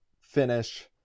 finish